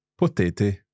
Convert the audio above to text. potete